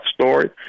story